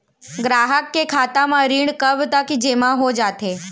ग्राहक के खाता म ऋण कब तक जेमा हो जाथे?